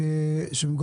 ולמשרד לבטיחות בדרכים,